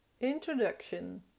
Introduction